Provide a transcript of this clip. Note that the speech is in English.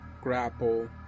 grapple